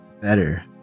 better